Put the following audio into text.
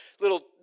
little